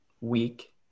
Week